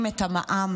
לאזרחים את המע"מ.